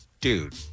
dude